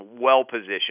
well-positioned